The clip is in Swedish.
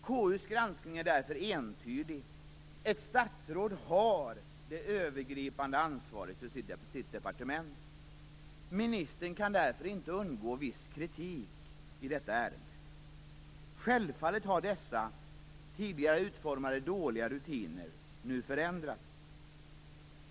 KU:s granskning är därför entydig. Ett statsråd har det övergripande ansvaret för sitt departement. Ministern kan därför inte undgå viss kritik i detta ärende. Självfallet har dessa tidigare utformade dåliga rutiner nu förändrats.